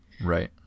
Right